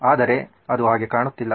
ಆದರೆ ಅದು ಹಾಗೆ ಕಾಣುತ್ತಿಲ್ಲ